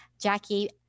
Jackie